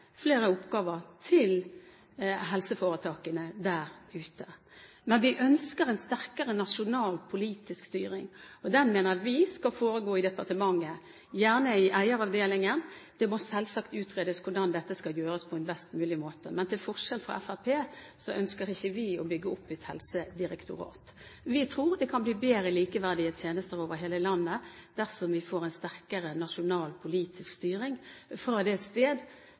flere oppgaver til helseforetakene der ute. Men vi ønsker en sterkere nasjonal politisk styring, og den mener vi skal foregå i departementet, gjerne i eieravdelingen. Det må selvsagt utredes hvordan dette skal gjøres på en best mulig måte. Men til forskjell fra Fremskrittspartiet ønsker ikke vi å bygge opp et helsedirektorat. Vi tror det kan bli bedre likeverdige tjenester over hele landet dersom vi får en sterkere nasjonal politisk styring fra det sted,